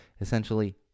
essentially